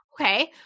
Okay